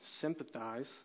sympathize